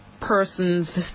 persons